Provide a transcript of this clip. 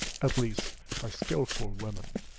at least by skilful women.